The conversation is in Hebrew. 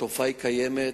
התופעה קיימת,